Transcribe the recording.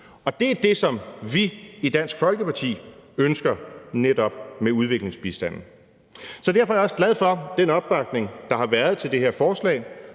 Og det er det, som vi i Dansk Folkeparti ønsker netop med udviklingsbistanden. Derfor er jeg også glad for den opbakning, der har været til det her forslag